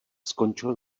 skončil